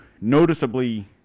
noticeably